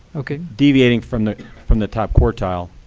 ok. deviating from the from the top quartile,